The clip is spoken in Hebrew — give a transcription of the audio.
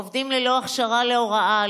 עובדים ללא הכשרה להוראה,